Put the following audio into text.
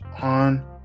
on